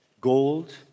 gold